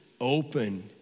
open